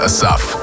Asaf